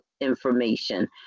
information